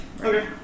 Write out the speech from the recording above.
Okay